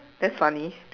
that's funny